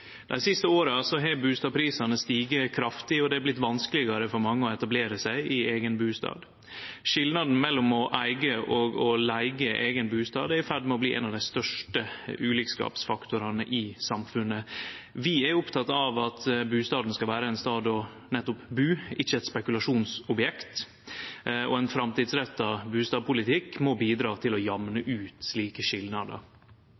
Dei siste åra har bustadprisane stige kraftig, og det er vorte vanskelegare for mange å etablere seg i eigen bustad. Skilnaden mellom å eige og å leige eigen bustad er i ferd med å bli ein av dei største ulikskapsfaktorane i samfunnet. Vi er opptekne av at bustaden skal vere ein stad å bu, ikkje eit spekulasjonsobjekt, og ein framtidsretta bustadpolitikk må bidra til å